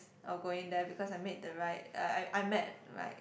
of going there because I made the right uh I I met my